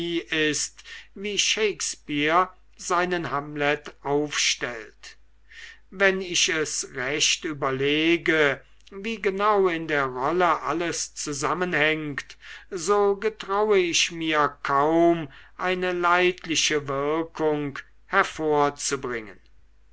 ist wie shakespeare seinen hamlet aufstellt wenn ich es recht überlege wie genau in der rolle alles zusammenhängt so getraue ich mir kaum eine leidliche wirkung hervorzubringen